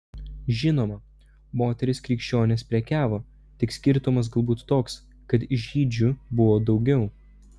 žinoma moterys krikščionės prekiavo tik skirtumas galbūt toks kad žydžių buvo daugiau